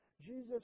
Jesus